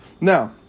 Now